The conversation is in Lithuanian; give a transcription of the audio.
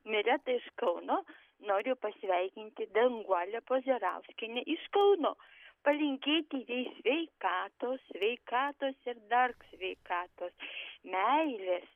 mireta iš kauno noriu pasveikinti danguolę pozirauskienę iš kauno palinkėti jai sveikatos sveikatos ir dar sveikatos meilės